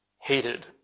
hated